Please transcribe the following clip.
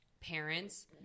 parents